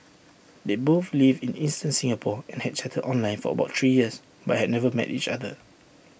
they both lived in eastern Singapore and had chatted online for about three years but had never met each other